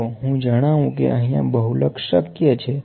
જો હું જણાવું કે અહીંયા બહુલક શક્ય છે